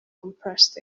compressed